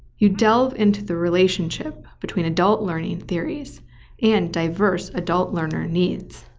you delve into the relationship between adult learning theories and diverse adult learner needs.